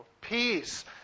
peace